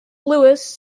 lewis